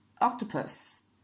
octopus